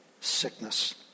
sickness